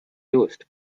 used